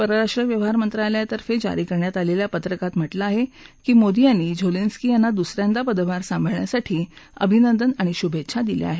परराष्ट्र व्यवहार मंत्रालयातर्फे जारी करण्यात आलेल्या परीपत्रकात म्हटलं आहे की मोदी यांनी झोलेन्सकी यांना दुस यांदा पदभार सांभाळण्यासाठी अभिनंदन आणि शुभेच्छा दिल्या आहेत